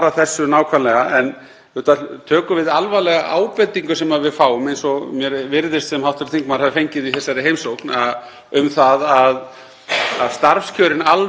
að starfskjörin almennt á opinbera markaðnum séu orðin betri en gengur og gerist á almenna markaðnum. Ég hef alltaf verið þeirrar skoðunar, mjög sterkt,